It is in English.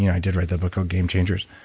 yeah i did write that book on gamechangers.